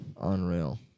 unreal